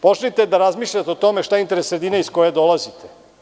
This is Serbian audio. Počnite da razmišljate o tome šta je interes sredine iz koje dolazite.